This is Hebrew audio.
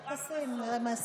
תשים, נראה מה נספיק.